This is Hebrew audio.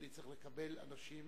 תודה.